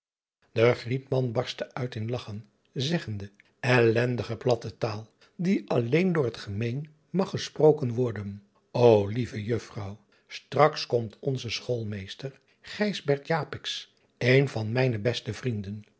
barstte uit in lagchen zeggende llendige platte taal die alleen door het gemeen mag gesproken worden o lieve uffrouw straks komt onze choolmeester een van mijne beste vrienden